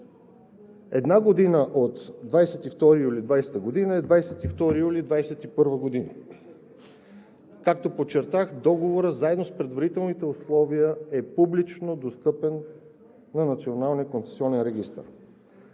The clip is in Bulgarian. eдна година от 22 юли 2020 г. е 22 юли 2021 г. Както подчертах, договорът заедно с предварителните условия е публично достъпен по